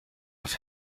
auf